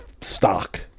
stock